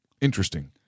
interesting